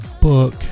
book